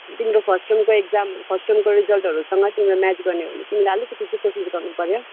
तिम्रो फर्स्ट ट्रमको exam first ट्रमको रिजल्टहरूसँग तिम्रो म्याच गर्ने हो भने तिमीलाई अलिकति चाहिँ कोसिस गर्नुपऱ्यो